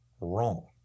wrong